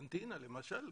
בארגנטינה למשל.